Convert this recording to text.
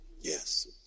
Yes